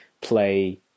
play